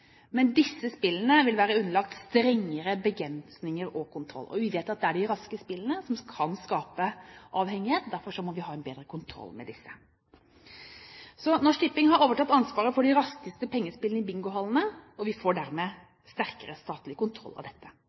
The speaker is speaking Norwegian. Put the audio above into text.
men disse spillene vil være underlagt strengere begrensninger og kontroll. Vi vet at det er de raske spillene som kan skape avhengighet, og derfor må vi ha en bedre kontroll med disse. Norsk Tipping har altså overtatt ansvaret for de raskeste pengespillene i bingohallene, og vi får derved sterkere statlig kontroll av